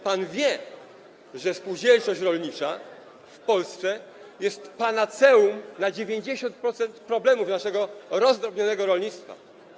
Pan wie, że spółdzielczość rolnicza w Polsce jest panaceum na 90% problemów naszego rozdrobnionego rolnictwa.